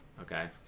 okay